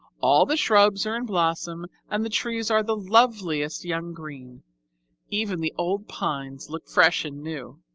all the shrubs are in blossom and the trees are the loveliest young green even the old pines look fresh and new.